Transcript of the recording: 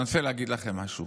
אני רוצה להגיד לכם משהו.